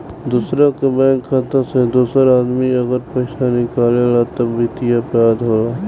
दोसरा के बैंक खाता से दोसर आदमी अगर पइसा निकालेला त वित्तीय अपराध होला